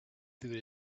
through